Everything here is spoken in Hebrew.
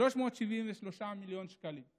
373 מיליון שקל.